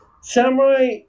Samurai